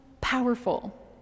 powerful